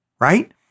right